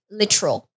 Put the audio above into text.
literal